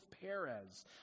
Perez